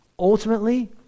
Ultimately